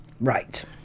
Right